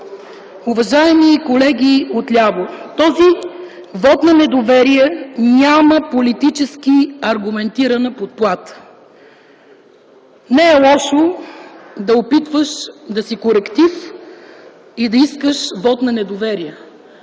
Уважаеми колеги от ляво, този вот на недоверие няма политически аргументирана подплата. Не е лошо да опитваш да си коректив и да искаш вот на недоверие.